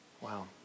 Wow